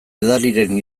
edariren